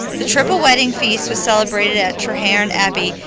the triple wedding feast was celebrated at treherne abbey,